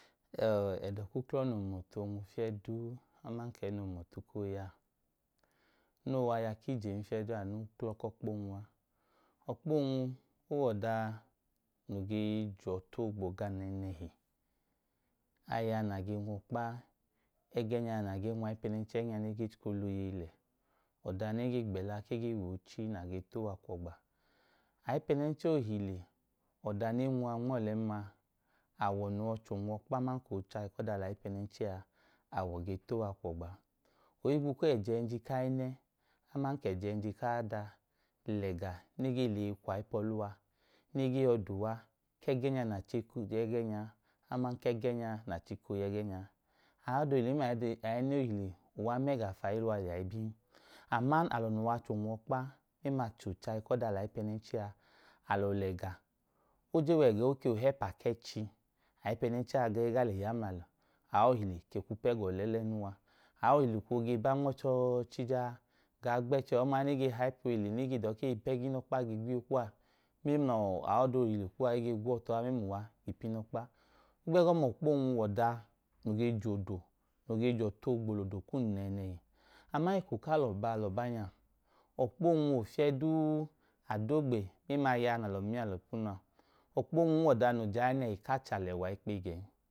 Ẹdọ ku uklọ noo hum ọtu oonwu fiyẹ duu, aman ka ẹẹ noo hum ọtu koo ya a, noo wẹ aya ku ijen fiyẹ duu a, anu wẹ aya ku ọkpa oonwu a. Ọkpa oonwu, o wẹ ọda noo ge je ọtu oogbo gam nẹẹnẹhi. Aya nẹ a gee nwu ọkpa, ẹgẹẹ nẹ a chika oonwu ayipẹnẹnchẹ ẹgẹẹ nẹ e chika oola oyeyi lẹ. Ọda nẹ gee gbẹla ka e gee wẹ oochi nẹ a gee ta uwa kwu ọgba. Ayipẹnẹnchẹ ohile, ọda nẹ e nwu uwa nma ọlẹn ma, awọ noo wẹ ọchẹ onwọkpa noo ge chabọ ku ọda lẹ ayipẹnẹnchẹ a, awọ gaa ta uwa kwọgba a. Ohigbu ka o wẹ ẹjẹnji ku aẹnẹ aman ka ẹjẹnji ku aada lẹ ẹga nẹ e gee lẹ eyi kwu ayipẹ ọlẹ uwa ka ma ẹgẹẹ nya nẹ a chika ooya ẹgẹẹnya a, aman ka ẹgẹẹnya nẹ a chika ooya ẹgẹẹnya a. aada ohile mla aẹnẹ ohile, uwa i ma ẹga fu ayi uwa liya ibin. Ama alọ noo wẹ achẹ onwọkpa mẹmla achẹ ochayi ku ọda lẹ ayipẹnẹnchẹ a, alọ lẹ ẹga. O jen wẹ gẹn, o ke wẹ ohẹpa ku ẹchi, ayipẹnẹnchẹ a ga e gaa le yam la alọ. e ke kwu pẹ ga ọlẹ lẹ ẹnẹ uwa. Aohile ke ba nma ọchọọchi jaa gaa gba ẹchi, ọma ya nẹ e ge hi ayipẹ ohile ka e ge gwo iyo kuwa mẹmla ọọ, aọda ohile kuwa, e ge gwo ọọ tọha mẹmla uwa ipu inọkpa. Ohigbu ẹgọma ọkpa oonwu wẹ ọda noo ge je odo, noo ge je ọtu oogbo lẹ odo kum nẹẹnẹhi. Abalọbanya, ọkpa oonwu, ofiyẹ duu, adogbe, mẹmla aya nẹ alọ ma iyalọ ipunu a, i wẹ ọda noo jẹ aẹyinẹhi ku achẹ alẹwa ikpeyi gẹn.